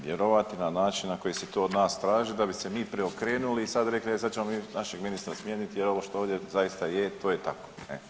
Vjerovati na način na koji se to od nas traži da bi se mi preokrenuli i sad rekli, e sad ćemo našeg ministra smijeniti jer ovo što ovdje zaista je to je tako.